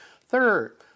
Third